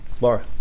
Laura